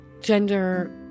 Gender